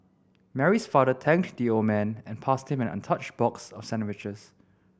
Mary's father thanked the old man and passed him an untouched box of sandwiches